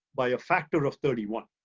by a factor of thirty one.